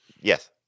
yes